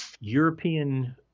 European